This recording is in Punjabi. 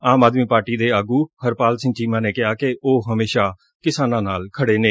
ਆਮ ਆਦਮੀ ਪਾਰਟੀ ਦੇ ਆਗੂ ਹਰਪਾਲ ਸਿੰਘ ਚੀਮਾ ਨੇ ਕਿਹਾ ਕਿ ਉਹ ਹਮੇਸ਼ਾ ਕਿਸਾਨਾਂ ਨਾਲ ਖੜੇ ਨੇ